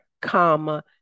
comma